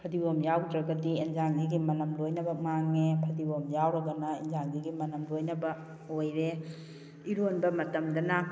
ꯐꯗꯤꯒꯣꯝ ꯌꯥꯎꯗ꯭ꯔꯒꯗꯤ ꯏꯟꯖꯥꯡꯁꯤꯒꯤ ꯃꯅꯝ ꯂꯣꯏꯅꯃꯛ ꯃꯥꯡꯉꯦ ꯐꯗꯤꯒꯣꯝ ꯌꯥꯎꯔꯒꯅ ꯏꯟꯖꯥꯡꯁꯤꯒꯤ ꯃꯅꯝ ꯂꯣꯏꯅꯕ ꯑꯣꯏꯔꯦ ꯏꯔꯣꯟꯕ ꯃꯇꯝꯗꯅ